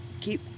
Keep